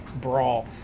brawl